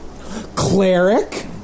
Cleric